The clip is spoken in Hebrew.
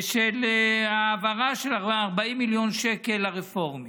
של העברה של 40 מיליון שקל לרפורמים